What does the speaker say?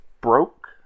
broke